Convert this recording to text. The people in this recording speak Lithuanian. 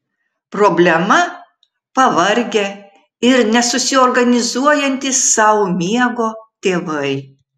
problema pavargę ir nesusiorganizuojantys sau miego tėvai